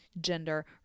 gender